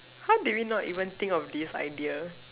how did we not even think of this idea